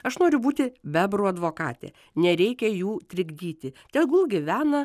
aš noriu būti bebrų advokatė nereikia jų trikdyti tegul gyvena